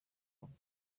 babou